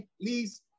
please